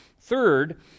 Third